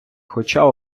хоча